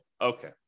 Okay